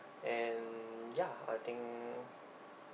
and ya I think